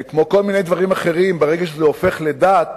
כמו כל מיני דברים אחרים, ברגע שזה הופך לדת,